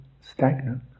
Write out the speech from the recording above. stagnant